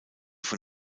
von